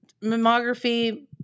Mammography